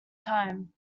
time